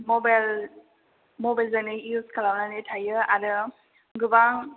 मबेल मबेलजोंनो इउस खालामनानै थायो आरो गोबां